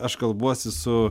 aš kalbuosi su